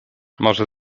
może